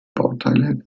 bauteile